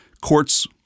courts